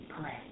pray